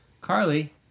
Carly